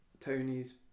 Tony's